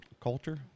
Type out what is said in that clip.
culture